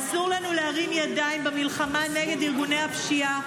אסור לנו להרים ידיים במלחמה נגד ארגוני הפשיעה,